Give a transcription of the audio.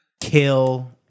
kill